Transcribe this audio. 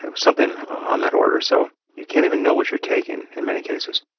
and something on that order. so you can't even know what you're taking in many cases.